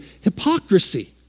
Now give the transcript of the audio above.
hypocrisy